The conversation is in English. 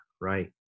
right